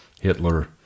Hitler